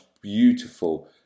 beautiful